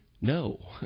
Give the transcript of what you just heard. No